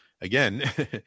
again